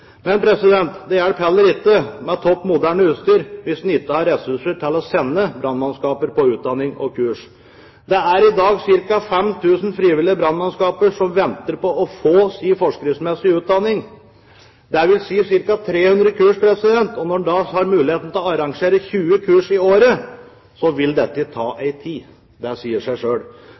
Men det hjelper heller ikke med topp moderne utstyr hvis en ikke har ressurser til å sende brannmannskaper på utdanning og kurs. Det er i dag ca. 5 000 frivillige brannmannskaper som venter på å få sin forskriftsmessige utdanning. Det vil si ca. 300 kurs. Når en da har mulighet til å arrangere 20 kurs i året, vil dette ta tid. Det sier seg